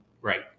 right